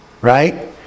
right